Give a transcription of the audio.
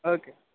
okay